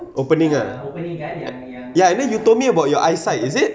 opening ah ya and then you told me about your eyesight is it